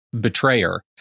betrayer